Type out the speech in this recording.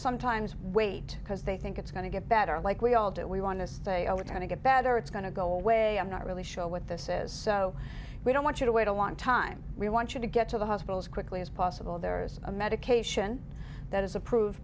sometimes wait because they think it's going to get better like we all do we want to stay over trying to get better it's going to go away i'm not really sure what this is so we don't want you to wait a long time we want you to get to the hospital as quickly as possible there is a medication that is approved